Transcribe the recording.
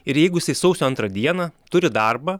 ir jeigu jisai sausio antrą dieną turi darbą